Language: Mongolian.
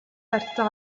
харилцаа